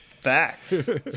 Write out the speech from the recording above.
Facts